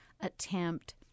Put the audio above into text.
attempt